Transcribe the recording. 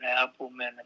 Appleman